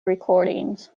recordings